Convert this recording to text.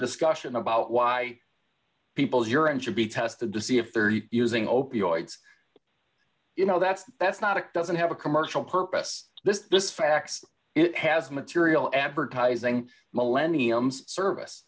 discussion about why people here and should be tested to see if they're using opioids you know that's that's not it doesn't have a commercial purpose this is this fax it has material advertising millenniums service